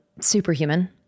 superhuman